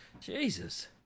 Jesus